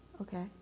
Okay